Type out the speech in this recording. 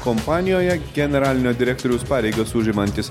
kompanijoje generalinio direktoriaus pareigas užimantys